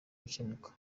gukemuka